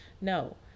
No